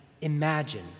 imagine